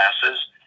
classes